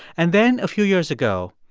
and then a few years ago,